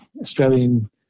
Australian